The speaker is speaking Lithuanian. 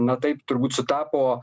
na taip turbūt sutapo